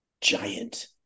giant